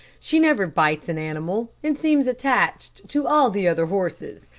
she never bites an animal, and seems attached to all the other horses.